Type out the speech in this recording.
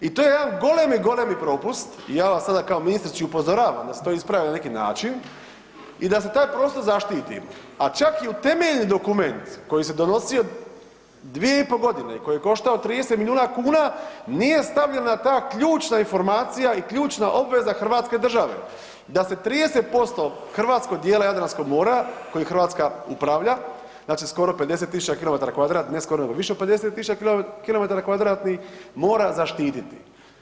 I to jedan golemi, golemi propust i ja vas sada kao ministrici upozoravam da se to ispravi na neki način i da se taj prostor zaštiti, a čak i u temeljni dokument koji se donosio 2,5 godine i koji je koštao 30 milijuna kuna nije stavljena ta ključna informacija i ključna obveza hrvatske države da se 30% hrvatskog dijela Jadranskog mora kojim Hrvatska upravlja, znači skoro 50.000 km2 ne skoro, nego više od 50.000 km2 mora zaštititi.